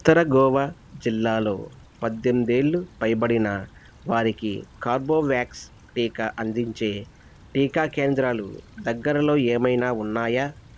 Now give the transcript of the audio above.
ఉత్తర గోవా జిల్లాలో పద్దెనిమిది ఏళ్లు పైబడిన వారికి కార్బొవ్యాక్స్ టీకా అందించే టీకా కేంద్రాలు దగ్గరలో ఏమైనా ఉన్నాయా